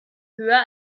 höher